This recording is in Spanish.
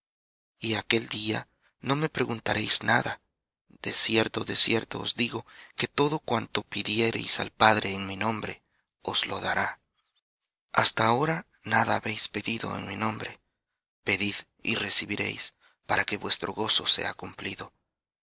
y aquel día no me preguntaréis nada de cierto de cierto os digo que todo cuanto pidiereis al padre en mi nombre os dará hasta ahora nada habéis pedido en mi nombre pedid y recibiréis para que vuestro gozo sea cumplido